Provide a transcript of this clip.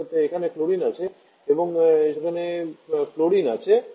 অর্থাৎ এখানে ক্লোরিন রয়েছে এবং সেখানে ফ্লোরিন রয়েছে